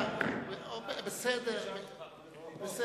נשאל אותך על בל"ד,